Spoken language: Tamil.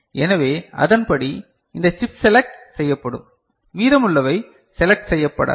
எனவே அதன்படி இந்த சிப் செலக்ட் செய்யப்படும் மீதமுள்ளவை செலக்ட் செய்யப்படாது